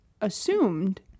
assumed